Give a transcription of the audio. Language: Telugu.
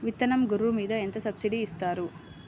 విత్తనం గొర్రు మీద ఎంత సబ్సిడీ ఇస్తారు?